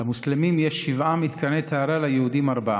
למוסלמים יש שבעה מתקני טהרה, ליהודים, ארבעה.